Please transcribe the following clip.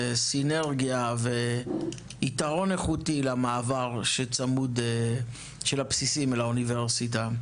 סינרגיה ויתרון איכותי למעבר של הבסיסים בצמוד לאוניברסיטה.